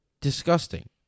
Disgusting